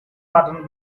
button